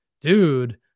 dude